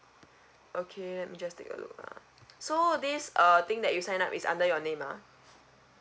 okay let me just take a look ah so this uh thing that you sign up is under your name ah